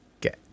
get